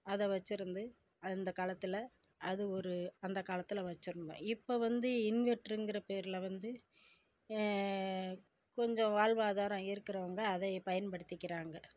அதை வச்சிருந்து அந்த காலத்தில் அது ஒரு அந்த காலத்தில் வச்சிருந்தோம் இப்போ வந்து இன்வெட்ருங்குற பேர்ல வந்து கொஞ்சோம் வாழ்வாதாரம் இருக்குறவங்க அதை பயன்படுத்திக்கிறாங்க